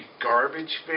garbage